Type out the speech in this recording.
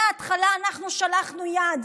מההתחלה אנחנו שלחנו יד.